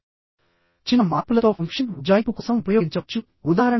ఈ లాగింగ్ వల్ల shear lag effect ఉత్పన్నమయ్యే అవకాశం ఉంది